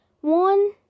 one